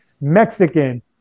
Mexican